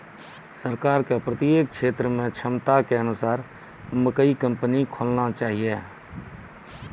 सरकार के प्रत्येक क्षेत्र मे क्षमता के अनुसार मकई कंपनी खोलना चाहिए?